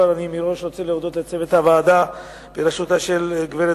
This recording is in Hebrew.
כבר מראש אני רוצה להודות לצוות הוועדה בראשות הגברת